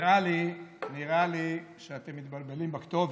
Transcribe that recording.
נראה לי שאתם מתבלבלים בכתובת.